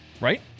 Right